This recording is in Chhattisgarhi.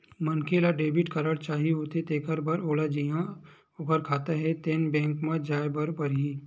मनखे ल डेबिट कारड चाही होथे तेखर बर ओला जिहां ओखर खाता हे तेन बेंक म जाए बर परही